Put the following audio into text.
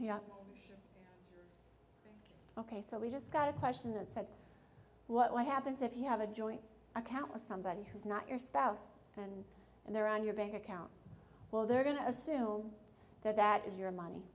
ok so we just got a question and said what happens if you have a joint account with somebody who's not your spouse and and their on your bank account well they're going to assume that that is your money